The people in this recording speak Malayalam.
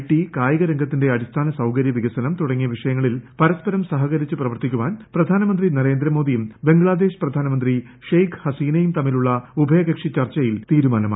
ടി കായികരംഗത്തിന്റെ അടിസ്ഥാന സൌകര്യ വികസനം തുടങ്ങിയ വിഷയങ്ങളിൽ ് പരസ്പരം സഹകരിച്ച് പ്രവർത്തിക്കുവാൻ പ്രധാനമന്ത്രി നരേന്ദ്രമോദിയും ബംഗ്ലാദേശ് പ്രധാനമന്ത്രി ഷെയ്ക് ഹസീനയും തമ്മിലുളള ഉഭയകക്ഷി ചർച്ചയിൽ തീരുമാനമായി